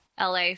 LA